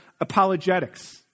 apologetics